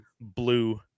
blue